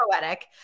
poetic